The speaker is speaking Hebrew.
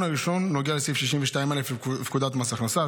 הראשון נוגע לסעיף 62א לפקודת מס הכנסה,